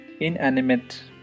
inanimate